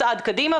דימוי גוף נמוך,